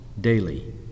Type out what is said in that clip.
daily